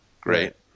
Great